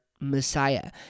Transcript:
Messiah